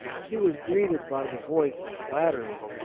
she was greeted by the voice of flattery,